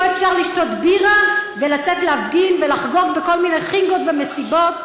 פה אפשר לשתות בירה ולצאת להפגין ולחגוג בכל מיני חנגות ומסיבות.